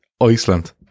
Iceland